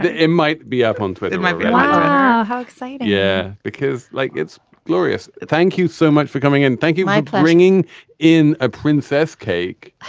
it might be up on twitter it might be um ah a hoax idea because like it's glorious. thank you so much for coming in. thank you my bringing in a princess cake